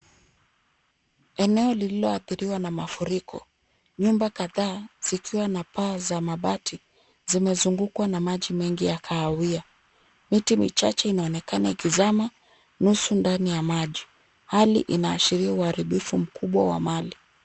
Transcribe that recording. Eneo lililoathiriwa na mafuriko. Nyumba kadhaa zikiwa na paa za mabati, zimezungukwa na maji mengi ya kahawia. Miti michache inaonekana ikizama nusu ndani ya maji. Hali inaashiria uharibifu mkubwa wa mali.